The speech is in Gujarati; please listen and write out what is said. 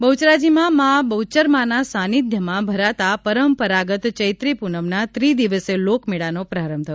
બહુચરાજીમાં મા બહુચર મા ના સાનિધ્યમાં ભરાતા પરંપરાગત ચૈત્રી પ્રનમના ત્રિ દિવસીય લોકમેળાનો પ્રારંભ થયો છે